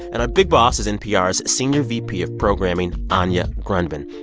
and our big boss is npr's senior vp of programming, anya grundmann.